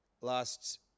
Last